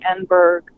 Enberg